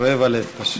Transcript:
כואב הלב פשוט.